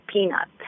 Peanut